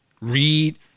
read